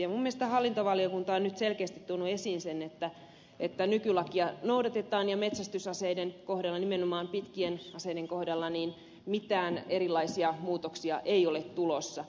minusta hallintovaliokunta on nyt selkeästi tuonut esiin sen että nykylakia noudatetaan ja metsästysaseiden kohdalla nimenomaan pitkien aseiden kohdalla mitään muutoksia ei ole tulossa